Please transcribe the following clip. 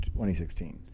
2016